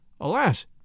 alas